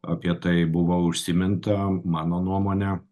apie tai buvo užsiminta mano nuomone